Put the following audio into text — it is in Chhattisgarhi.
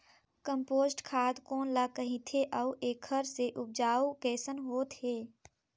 कम्पोस्ट खाद कौन ल कहिथे अउ एखर से उपजाऊ कैसन होत हे?